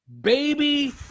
Baby